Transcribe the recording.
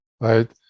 right